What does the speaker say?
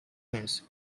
means